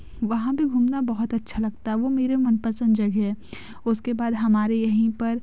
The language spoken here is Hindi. वहाँ पर घूमना बहुत अच्छा लगता वह मेरे मनपसंद जगह है उसके बाद हमारे यहीं पर